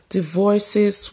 divorces